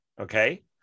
Okay